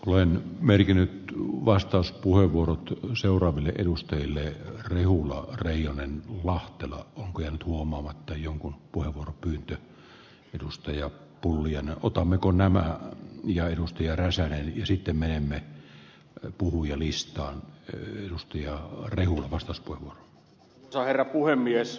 olen merkinnyt muu vastauspuheenvuoro seurojen edustajille juhlaa leijonien lahtela oli huomaamatta jonkun puheenvuoropyyntöjä edustajia pullien otto mikkonen jäi huhkia räsänen sitten menemme on puhujalistaan kyllästyi ja rehulla vastaiskuilla arvoisa herra puhemies